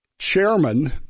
chairman